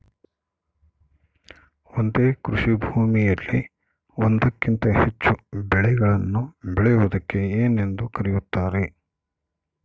ಒಂದೇ ಕೃಷಿಭೂಮಿಯಲ್ಲಿ ಒಂದಕ್ಕಿಂತ ಹೆಚ್ಚು ಬೆಳೆಗಳನ್ನು ಬೆಳೆಯುವುದಕ್ಕೆ ಏನೆಂದು ಕರೆಯುತ್ತಾರೆ?